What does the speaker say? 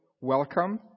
welcome